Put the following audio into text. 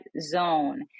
zone